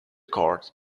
court